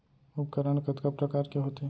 उपकरण कतका प्रकार के होथे?